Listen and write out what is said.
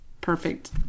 perfect